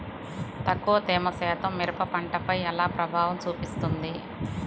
తక్కువ తేమ శాతం మిరప పంటపై ఎలా ప్రభావం చూపిస్తుంది?